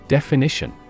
Definition